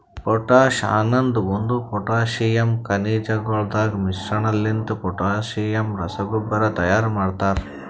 potash ಅನದ್ ಒಂದು potassium ಖನಿಜಗೊಳದಾಗ್ ಮಿಶ್ರಣಲಿಂತ ಪೊಟ್ಯಾಸಿಯಮ್ ರಸಗೊಬ್ಬರ ತೈಯಾರ್ ಮಾಡ್ತರ